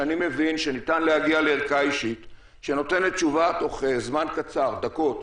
שאני מבין שניתן להגיע לערכה אישית שנותנת תשובה תוך זמן קצר דקות,